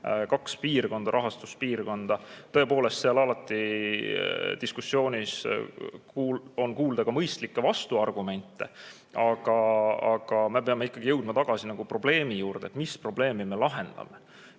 kaks rahastuspiirkonda. Tõepoolest, selles diskussioonis on kuulda ka mõistlikke vastuargumente, aga me peame ikkagi jõudma tagasi selle juurde, mis probleemi me lahendame.